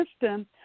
system